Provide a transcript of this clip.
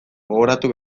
gogoratu